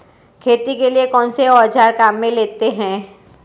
खेती के लिए कौनसे औज़ार काम में लेते हैं?